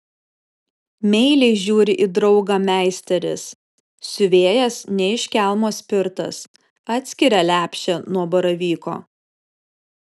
meiliai žiūri į draugą meisteris siuvėjas ne iš kelmo spirtas atskiria lepšę nuo baravyko